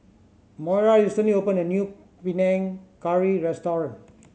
Moira recently opened a new Panang Curry restaurant